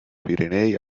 pirenei